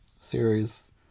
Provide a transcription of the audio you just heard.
series